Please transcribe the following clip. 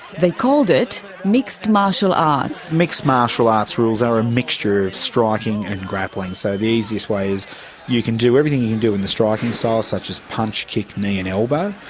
they called it mixed martial arts. mixed martial arts rules are a mixture of striking and grappling, so the easiest way is you can do everything you can do in the striking style, such as punch, kick, knee and elbow,